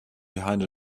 behind